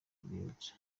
urwibutso